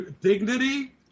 Dignity